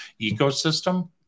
ecosystem